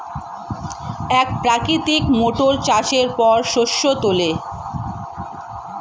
এক প্রকৃতির মোটর চাষের পর শস্য তোলে